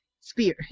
spear